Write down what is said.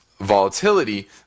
volatility